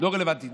לא רלוונטי.